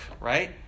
right